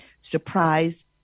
Surprise